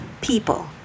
people